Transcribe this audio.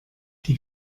die